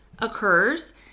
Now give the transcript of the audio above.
Occurs